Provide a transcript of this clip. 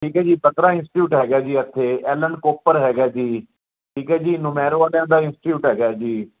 ਠੀਕ ਹੈ ਜੀ ਪੰਦਰਾਂ ਇੰਸਟੀਟਿਊਟ ਹੈਗਾ ਜੀ ਇਥੇ ਐਲਨ ਕੋਪਰ ਹੈਗਾ ਜੀ ਠੀਕ ਹੈ ਜੀ ਨਮੈਰੋ ਵਾਲਿਆਂ ਦਾ ਇੰਸਟੀਟਿਊਟ ਹੈਗਾ ਜੀ